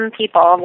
people